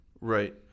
Right